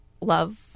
love